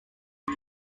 his